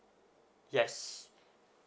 yes